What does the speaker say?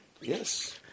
Yes